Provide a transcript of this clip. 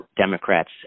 Democrats